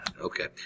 Okay